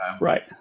Right